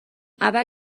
اول